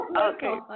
Okay